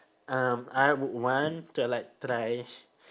um I would want to like try